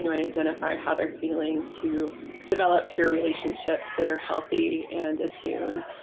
you know and identify how they're feeling to develop peer relationships that are healthy and attuned?